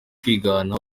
kwigana